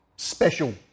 Special